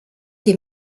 des